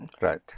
Right